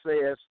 says